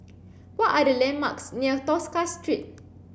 what are the landmarks near Tosca Street